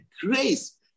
grace